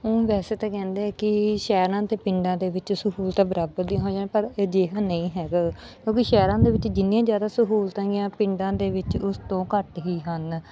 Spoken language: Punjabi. ਉਂਝ ਵੈਸੇ ਤਾਂ ਕਹਿੰਦੇ ਕਿ ਸ਼ਹਿਰਾਂ ਅਤੇ ਪਿੰਡਾਂ ਦੇ ਵਿੱਚ ਸਹੂਲਤਾਂ ਬਰਾਬਰ ਦੀਆਂ ਹੋਈਆਂ ਪਰ ਅਜਿਹਾ ਨਹੀਂ ਹੈਗਾ ਕਿਉਂਕਿ ਸ਼ਹਿਰਾਂ ਦੇ ਵਿੱਚ ਜਿੰਨੀਆਂ ਜ਼ਿਆਦਾ ਸਹੂਲਤਾਂ ਹੈਗੀਆਂ ਪਿੰਡਾਂ ਦੇ ਵਿੱਚ ਉਸ ਤੋਂ ਘੱਟ ਹੀ ਹਨ